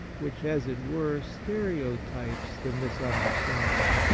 which, as it were, stereotypes the misunderstanding.